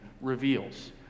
reveals